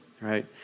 right